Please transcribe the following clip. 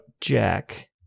Jack